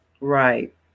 Right